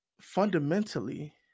fundamentally